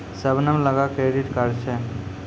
शबनम लगां credit card छै